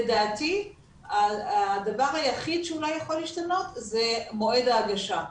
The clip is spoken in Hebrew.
לדעתי הדבר היחיד שאולי יכול להשתנות זה מועד ההגשה.